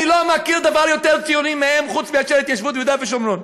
אני לא מכיר דבר יותר ציוני מהם חוץ מההתיישבות ביהודה ושומרון.